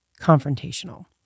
confrontational